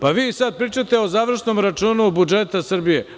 Pa vi sada pričate o završnom računu budžeta Srbije.